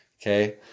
Okay